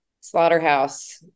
slaughterhouse